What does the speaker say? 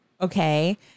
okay